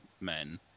men